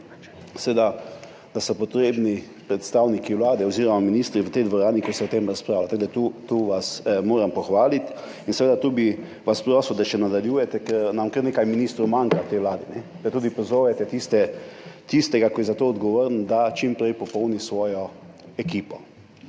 in da so potrebni predstavniki vlade oziroma ministri v tej dvorani, ko se o tem razpravlja. Tako da tu vas moram pohvaliti. In seveda bi vas prosil, da s tem še nadaljujete, ker nam kar nekaj ministrov manjka v tej vladi, da tudi pozovete tistega, ki je za to odgovoren, da čim prej popolni svojo ekipo